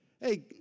Hey